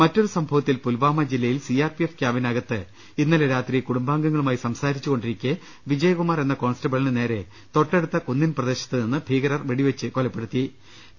മറ്റൊരു സംഭവത്തിൽ പുൽവാമ ജില്ലയിൽ സി ആർ പി എഫ് ക്യാമ്പിനകത്ത് ഇന്നലെ രാത്രി കുടുംബാംഗങ്ങളുമായി സംസാരിച്ചുകൊണ്ടിരിക്കെ വിജയകുമാർ എന്ന കോൺസ്റ്റബിളിനെ തൊട്ടടുത്ത കുന്നിൻപ്രദേശത്തുനിന്ന് ഭീകരർ വെടിവെച്ച് കൊല പ്പെടുത്തുകയായിരുന്നു